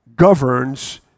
governs